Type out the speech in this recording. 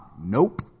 nope